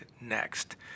next